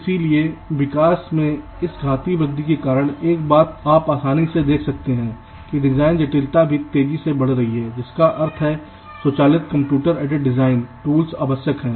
इसलिए विकास में इस घातीय वृद्धि के कारण एक बात आप आसानी से देख सकते हैं कि डिजाइन जटिलता भी तेजी से बढ़ रही है जिसका अर्थ है स्वचालित कंप्यूटर एडेड डिजाइन टूल्स आवश्यक हैं